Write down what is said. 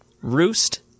Roost